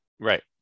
Right